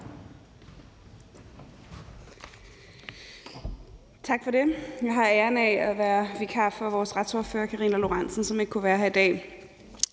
Tak for det. Jeg har æren af at være vikar for vores retsordfører, Karina Lorentzen Dehnhardt, som ikke kunne være her i dag.